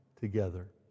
together